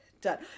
done